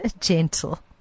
gentle